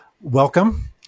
welcome